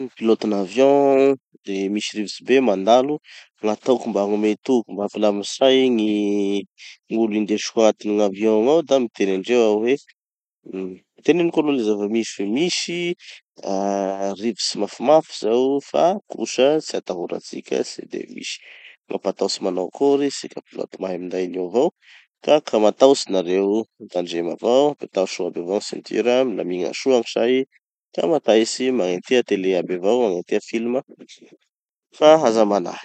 pilote-n'avion de misy rivotsy be mandalo. Gn'ataoko mba hagnome toky mba hampilamy say gny gn'olo indesiko agnatiny gn'avion igny ao da miteny andreo aho hoe, hum teneniko aloha gny zava-misy hoe misy ah rivotsy mafimafy zao fa kosa tsy atahoratsika tsy de misy mampatahotsy manao akory, tsy pilote mahay minday anio avao, ka ka matahotsy nareo mitandrema avao, apetaho soa aby avao gny ceintures, milamigna soa gny say, ka ma- taitsy, magnentia télé aby avao magnentia films, fa ka manahy.